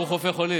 ברוך רופא חולים.